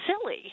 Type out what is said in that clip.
silly